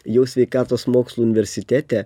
jau sveikatos mokslų universitete